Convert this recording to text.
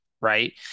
Right